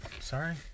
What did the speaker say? sorry